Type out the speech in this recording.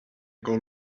coal